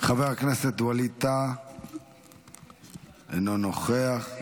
חבר הכנסת ווליד טאהא, אינו נוכח.